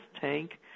tank